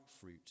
fruit